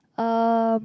um